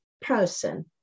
person